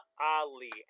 Ali